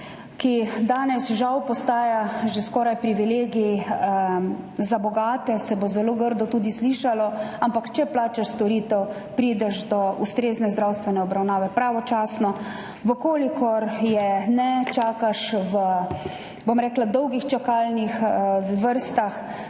ki danes žal postaja že skoraj privilegij za bogate. Se bo zelo grdo slišalo, ampak če plačaš storitev, prideš do ustrezne zdravstvene obravnave pravočasno, če je ne, čakaš v dolgih čakalnih vrstah,